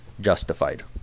justified